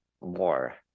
more